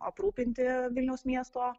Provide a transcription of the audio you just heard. aprūpinti vilniaus miesto